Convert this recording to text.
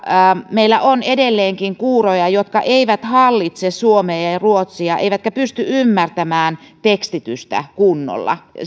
meillä on edelleenkin kuuroja jotka eivät hallitse suomea ja ruotsia eivätkä pysty ymmärtämään tekstitystä kunnolla